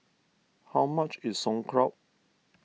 how much is Sauerkraut